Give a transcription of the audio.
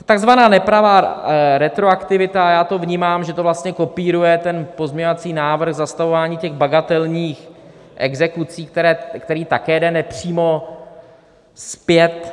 Takzvaná nepravá retroaktivita: já to vnímám tak, že to vlastně kopíruje ten pozměňovací návrh, zastavování bagatelních exekucí, který také jde nepřímo zpět.